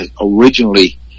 originally